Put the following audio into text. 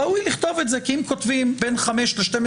ראוי לכתוב את זה כי אם כותבים בין 5 ל-12